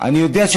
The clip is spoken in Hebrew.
אני לא יכולה,